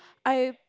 I